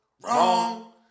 Wrong